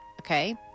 Okay